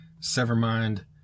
Severmind